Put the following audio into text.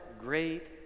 great